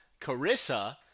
Carissa